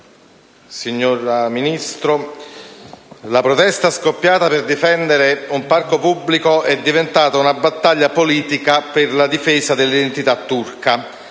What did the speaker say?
signora Ministro, la protesta scoppiata per difendere un parco pubblico è diventata una battaglia politica per la difesa dell'identità turca,